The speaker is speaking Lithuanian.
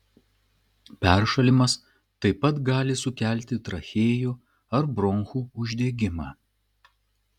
peršalimas taip pat gali sukelti trachėjų ar bronchų uždegimą